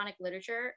literature